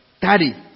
Daddy